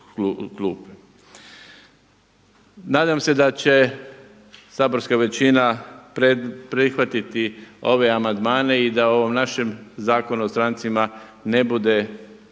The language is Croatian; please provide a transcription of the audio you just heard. Nadam se da će saborska većina prihvatiti ove amandmane i da o ovom našem Zakonu o strancima ne bude